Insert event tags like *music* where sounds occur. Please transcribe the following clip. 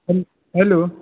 *unintelligible* hello